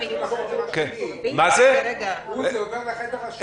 לאור מה שאמר היושב-ראש,